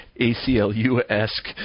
ACLU-esque